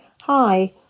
Hi